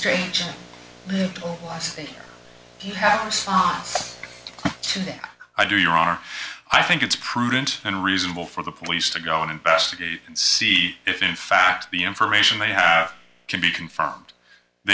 me i do your honor i think it's prudent and reasonable for the police to go and investigate and see if in fact the information they have can be confirmed